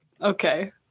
Okay